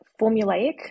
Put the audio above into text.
formulaic